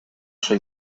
soy